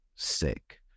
sick